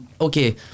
okay